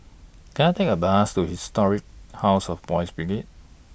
Can I Take A Bus to Historic House of Boys' Brigade